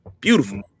Beautiful